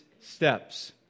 steps